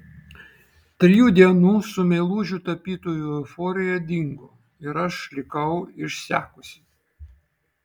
trijų dienų su meilužiu tapytoju euforija dingo ir aš likau išsekusi